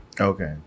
Okay